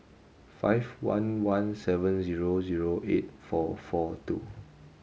five one one seven zero zero eight four four two